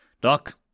Doc